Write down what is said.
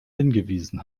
hingewiesen